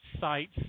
sites